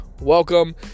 welcome